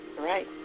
right